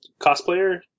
cosplayer